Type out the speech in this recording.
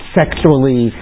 sexually